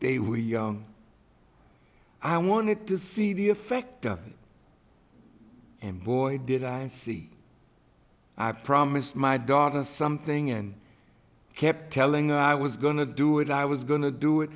they were young i wanted to see the effect of it and boy did i see i promised my daughter something and kept telling i was going to do it i was going to do it